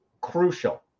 crucial